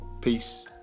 Peace